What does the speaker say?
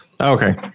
Okay